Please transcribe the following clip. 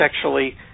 sexually